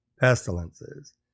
pestilences